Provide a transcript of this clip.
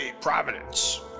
providence